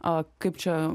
o kaip čia